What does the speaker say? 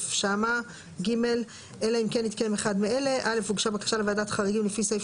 הרעיון הוא כאן, סעיף